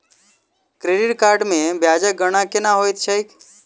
credit card मे ब्याजक गणना केना होइत छैक